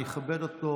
אני אכבד אותו,